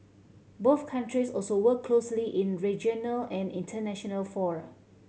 both countries also work closely in regional and international fora